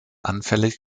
anfällig